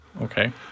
Okay